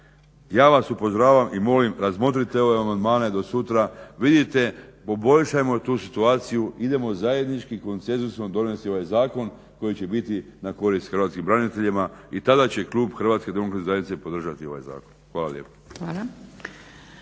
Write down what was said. Ja vas upozoravam i molim, razmotrite ove amandamane do sutra, vidite, poboljšajmo tu situaciju, idemo zajedničkim konsenzusom donesti ovaj zakon koji će biti na korist hrvatskim braniteljima i tada će klub HDZ-a podržati ovaj zakon. Hvala lijepa.